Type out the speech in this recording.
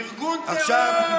ארגון טרור.